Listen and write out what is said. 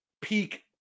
peak